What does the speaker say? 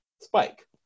spike